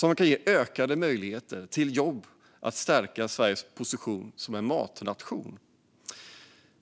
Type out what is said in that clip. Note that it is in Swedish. Den kan ge ökade möjligheter till jobb och stärka Sveriges position som en matnation.